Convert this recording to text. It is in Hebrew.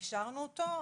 אישרנו אותו.